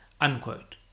unquote